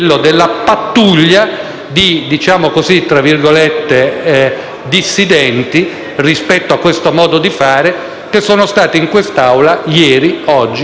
dissidenti rispetto a questo modo di procedere, che sono stati in quest'Aula ieri e oggi e che ci saranno anche domani.